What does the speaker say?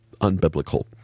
unbiblical